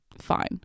Fine